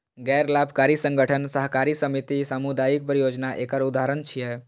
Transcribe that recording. गैर लाभकारी संगठन, सहकारी समिति, सामुदायिक परियोजना एकर उदाहरण छियै